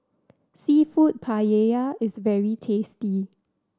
Seafood Paella is very tasty